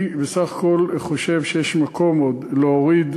אני בסך הכול חושב שיש מקום עוד להוריד